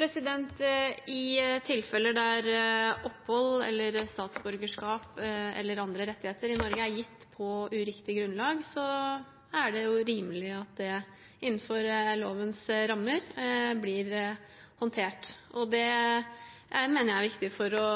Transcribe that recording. I tilfeller der opphold, statsborgerskap eller andre rettigheter i Norge er gitt på uriktig grunnlag, er det rimelig at det innenfor lovens rammer blir håndtert. Det mener jeg er viktig for å